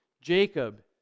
Jacob